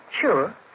Sure